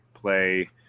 play